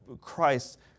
Christ